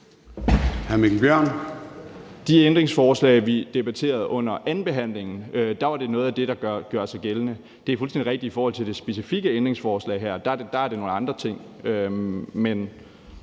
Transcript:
de ændringsforslag, vi debatterede under andenbehandlingen, var det noget af det, der gjorde sig gældende. Det er fuldstændig rigtigt, at i forhold til det her specifikke ændringsforslag er det nogle andre ting.